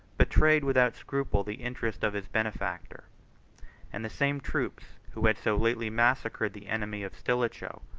betrayed, without scruple, the interest of his benefactor and the same troops, who had so lately massacred the enemy of stilicho,